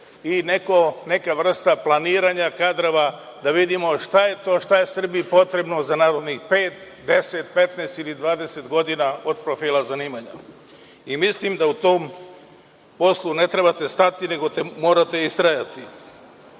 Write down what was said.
i neka vrsta planiranja kadrova da vidimo šta je to što je Srbiji potrebno za narednih pet, 10, 15 ili 20 godina od profila zanimanja. Mislim da u tom poslu ne trebate stati nego morate istrajati. Posebno